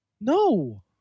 No